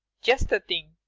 just the thing.